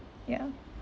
yeah